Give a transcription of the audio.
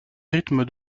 rythme